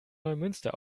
neumünster